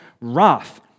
wrath